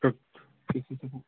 तब किसी से पू